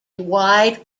wide